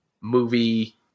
movie